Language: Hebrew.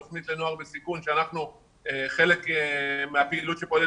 התכנית לנוער בסיכון שאנחנו חלק מהפעילות שפועלת